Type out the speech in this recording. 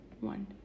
one